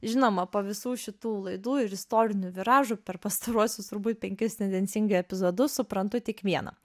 žinoma po visų šitų laidų ir istorinių viražų per pastaruosius turbūt penkis tendencingai epizodus suprantu tik viena